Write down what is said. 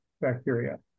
bacteria